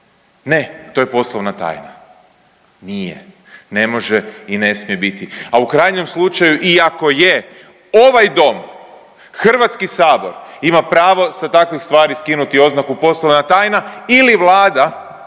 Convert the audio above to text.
Ne, to je poslovna tajna. Nije, ne može i ne smije biti. A u krajnjem slučaju i ako je ovaj dom, Hrvatski sabor ima pravo sa takvih stvari skinuti oznaku poslovna tajna ili Vlada